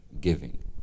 giving